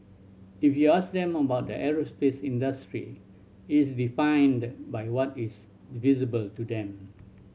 if you ask them about the aerospace industry it's defined by what is visible to them